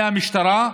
משטרה,